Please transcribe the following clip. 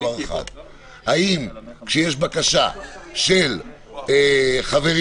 האם כשיש בקשה של החברים